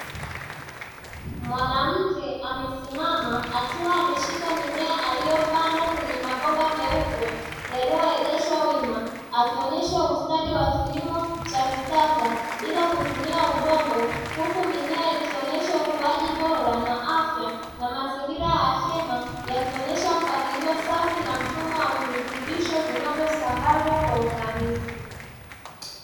Mwanamke amesimama akiwa ameshika mimea aliyopanda kwenye mabomba meupe yaliyoegeshwa wima, akionyesha ustadi wa kilimo cha kisasa bila kutumia udongo, huku mimea ikionyesha ukuaji bora, na afya na mazingira ya hema yakionyesha mpangilio safi na mfumo wa virutubisho vinavyosambazwa kwa ufanisi.